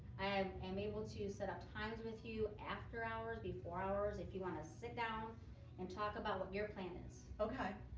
i am am able to set up times with you after hours, before hours if you want to sit down and talk about what your plan is.